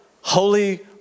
Holy